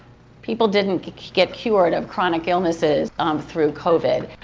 people didn't get get cured of chronic illnesses um through covid.